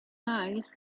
eyes